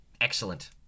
Excellent